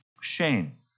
shame